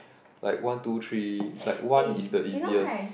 like one two three like one is the easiest